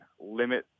limit